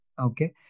okay